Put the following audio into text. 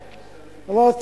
רותם,